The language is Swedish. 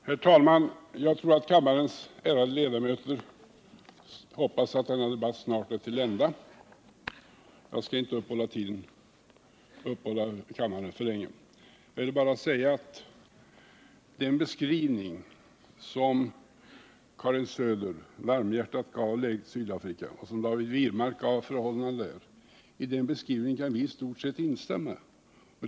Herr talman! Jag tror att kammarens ärade ledamöter hoppas att denna debatt snart skall vara till ända, och jag skall inte uppehålla kammaren alltför länge. Jag vill bara säga att i den beskrivning som Karin Söder varmhjärtat gav av läget i Sydafrika och i den redogörelse som David Wirmark gav av förhållandena där nere kan vi i stort sett instämma.